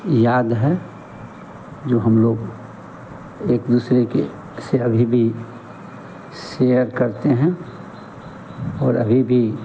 याद है जो हम लोग एक दूसरे के से अभी भी शेयर करते हैं और अभी भी